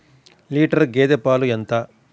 Litre గేదె పాలు ఎంత?